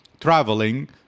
traveling